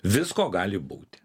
visko gali būti